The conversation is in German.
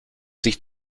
sich